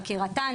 חקירתן,